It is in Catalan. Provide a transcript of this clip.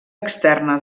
externa